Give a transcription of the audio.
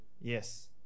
Yes